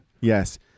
Yes